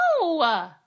No